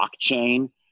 blockchain